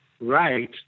right